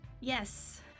yes